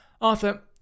Arthur